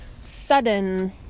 sudden